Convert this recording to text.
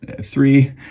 Three